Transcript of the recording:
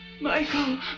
Michael